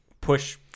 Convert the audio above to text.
push